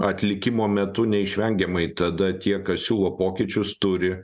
atlikimo metu neišvengiamai tada tie kas siūlo pokyčius turi